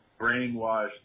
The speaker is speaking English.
brainwashed